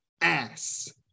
ass